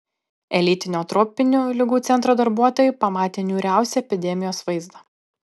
elitinio tropinių ligų centro darbuotojai pamatė niūriausią epidemijos vaizdą